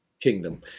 kingdom